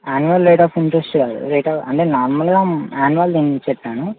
annual rate of interest కాదు rate అంటే నార్మల్గా యాన్యువల్ది నేను చెప్పాను